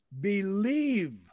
believe